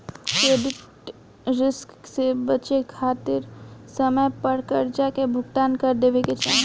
credit risk से बचे खातिर समय पर करजा के भुगतान कर देवे के चाही